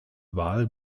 wahl